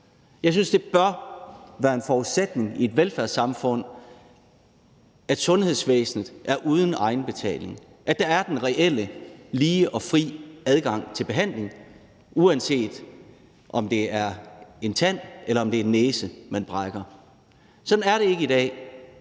Jeg synes, det bør være en forudsætning i et velfærdssamfund, at sundhedsvæsenet er uden egenbetaling, at der er den reelle lige og fri adgang til behandling, uanset om det er en tand eller det er en næse, man brækker. Sådan er det ikke i dag,